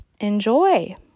enjoy